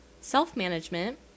self-management